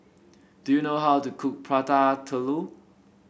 do you know how to cook Prata Telur